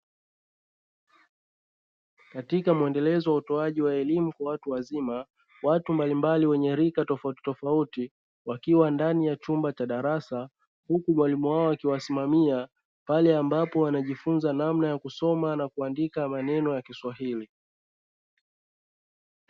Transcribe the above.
Katika mwendelezo wa utoaji wa elimu kwa watu wazima watu mbalimbali wenye rika tofauti tofauti wakiwa ndani ya chumba cha darasa huku mwalimu wao akiwasimamia pale ambapo wanajifunza namna ya kusoma na kuandika maneno ya kiswahili.